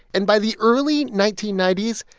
and by the early nineteen ninety s,